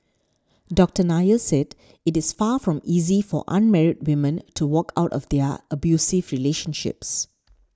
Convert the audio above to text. Doctor Nair said it is far from easy for unmarried women to walk out of their abusive relationships